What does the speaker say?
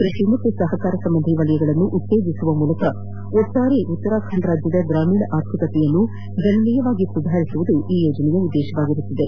ಕೃಷಿ ಮತ್ತು ಸಹಕಾರ ಸಂಬಂಧಿ ವಲಯಗಳನ್ನು ಉತ್ತೇಜಿಸುವ ಮೂಲಕ ಒಟ್ಟಾರೆ ಉತ್ತರಾಖಂಡ್ನ ಗ್ರಾಮೀಣ ಆರ್ಥಿಕತೆಯನ್ನು ಗಣನೀಯವಾಗಿ ಸುಧಾರಿಸುವ ಉದ್ದೇಶವನ್ನು ಈ ಯೋಜನೆ ಹೊಂದಿದೆ